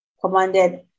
commanded